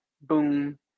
Boom